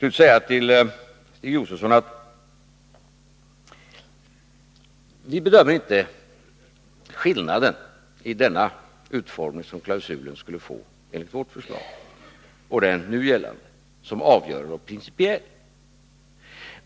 Till Stig Josefson vill jag säga att vi inte bedömer skillnaden mellan den utformning som klausulen skulle få enligt vårt förslag och den nu gällande som avgörande och principiell.